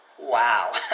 Wow